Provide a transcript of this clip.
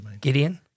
Gideon